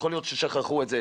יכול להיות שהאדם שכח את המסכה,